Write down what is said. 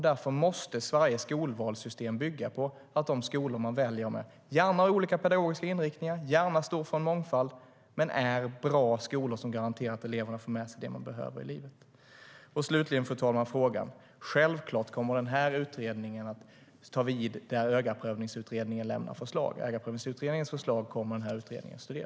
Därför måste varje skolvalssystem bygga på att de skolor man väljer mellan gärna har olika pedagogiska inriktningar och gärna står för en mångfald men är bra skolor som garanterar att eleverna får med sig det de behöver i livet.